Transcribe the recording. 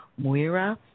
Muira